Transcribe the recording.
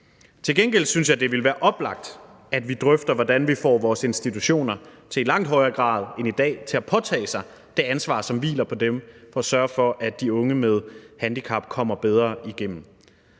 Til gengæld synes jeg, det vil være oplagt, at vi drøfter, hvordan vi får vores institutioner til i langt højere grad end i dag at påtage sig det ansvar, som hviler på dem, for at sørge for, at de unge med handicap kommer bedre igennem.